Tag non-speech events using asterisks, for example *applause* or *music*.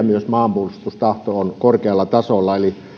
*unintelligible* myös maanpuolustustahto on korkealla tasolla eli